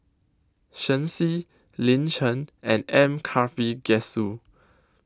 Shen Xi Lin Chen and M Karthigesu